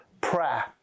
prayer